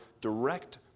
direct